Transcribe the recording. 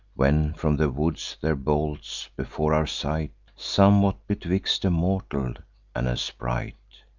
when from the woods there bolts, before our sight, somewhat betwixt a mortal and a sprite,